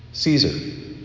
Caesar